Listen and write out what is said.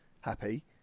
happy